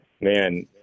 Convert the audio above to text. man